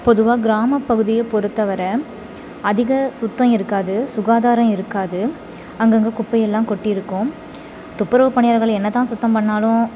பொதுவாக கிராமப் பகுதியை பொறுத்த வரை அதிக சுத்தம் இருக்காது சுகாதாரம் இருக்காது அங்கங்கே குப்பையெல்லாம் கொட்டி இருக்கும் துப்புறவு பணியாளர்கள் என்ன தான் சுத்தம் பண்ணிணாலும்